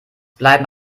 bleiben